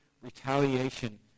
retaliation